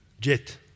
jet